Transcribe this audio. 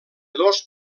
dos